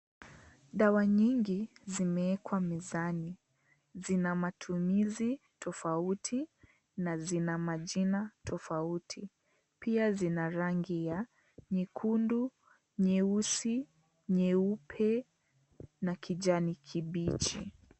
Dawa nyingi zimeekwa mezani zina matumizi tofauti na zina majina tofauti pia zina rangi ya nyekundu , nyeusi , nyeupe na kijani kibichi .